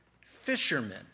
fishermen